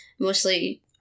mostly